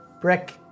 brick